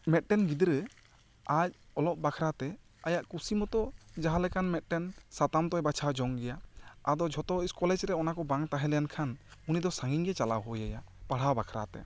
ᱢᱤᱫᱴᱮᱱ ᱜᱤᱫᱽᱨᱟᱹ ᱟᱡ ᱚᱞᱚᱜ ᱵᱟᱠᱷᱨᱟ ᱛᱮ ᱟᱭᱟᱜ ᱠᱩᱥᱤ ᱢᱚᱛᱚ ᱡᱟᱦᱟᱸ ᱞᱮᱠᱟᱱ ᱢᱤᱫ ᱴᱮᱱ ᱥᱟᱛᱟᱢ ᱛᱚᱭ ᱵᱟᱪᱷᱟᱣ ᱡᱚᱝ ᱜᱤᱭᱟ ᱟᱫᱚ ᱡᱷᱚᱛᱚ ᱠᱚᱞᱮᱡᱽ ᱨᱮ ᱚᱱᱟ ᱠᱚ ᱵᱟᱝ ᱛᱟᱦᱮᱸ ᱞᱮᱱ ᱠᱷᱟᱱ ᱩᱱᱤ ᱫᱚ ᱥᱟ ᱜᱤᱧ ᱜᱮ ᱪᱟᱞᱟᱣ ᱦᱩᱭ ᱟᱭᱟ ᱯᱟᱲᱦᱟᱣ ᱵᱟᱠᱷᱨᱟ ᱛᱮ